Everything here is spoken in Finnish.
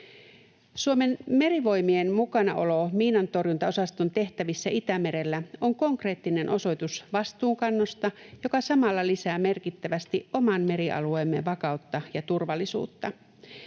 Suomen merivoimien mukanaolo miinantorjuntaosaston tehtävissä Itämerellä on konkreettinen osoitus vastuunkannosta, joka samalla lisää merkittävästi oman merialueemme vakautta ja turvallisuutta.